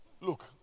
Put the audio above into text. Look